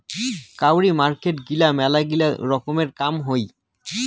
কাউরি মার্কেট গিলা মেলাগিলা রকমের কাম হই